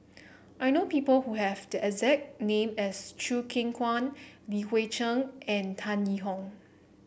I know people who have the exact name as Choo Keng Kwang Li Hui Cheng and Tan Yee Hong